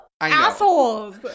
assholes